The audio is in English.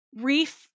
Reef